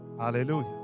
Hallelujah